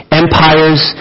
empires